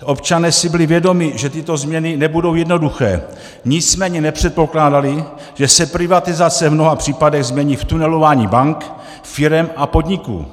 Občané si byli vědomi, že tyto změny nebudou jednoduché, nicméně nepředpokládali, že se privatizace v mnoha případech změní v tunelování bank, firem a podniků.